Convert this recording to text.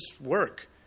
work